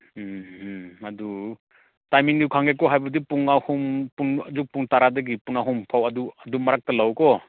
ꯎꯝ ꯎꯝ ꯑꯗꯨ ꯇꯥꯏꯃꯤꯡꯗꯨ ꯈꯪꯉꯦꯀꯣ ꯍꯥꯏꯕꯗꯤ ꯄꯨꯡ ꯑꯍꯨꯝ ꯄꯨꯡ ꯑꯌꯨꯛ ꯄꯨꯡ ꯇꯥꯔꯥꯗꯒꯤ ꯄꯨꯡ ꯑꯍꯨꯝ ꯐꯥꯎ ꯑꯗꯨ ꯃꯔꯛꯇ ꯂꯥꯛꯎꯀꯣ